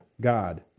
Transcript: God